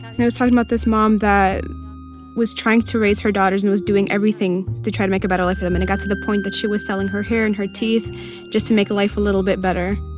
and it was talking about this mom that was trying to raise her daughters and was doing everything to try to make a better life for them. and it got to the point that she was selling her hair and her teeth just to make life a little bit better